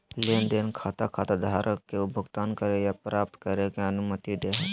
लेन देन खाता खाताधारक के भुगतान करे या प्राप्त करे के अनुमति दे हइ